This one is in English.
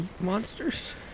Monsters